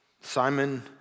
Simon